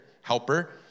Helper